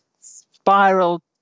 spiral